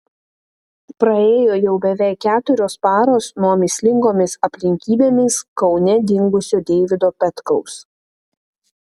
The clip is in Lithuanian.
praėjo jau beveik keturios paros nuo mįslingomis aplinkybėmis kaune dingusio deivido petkaus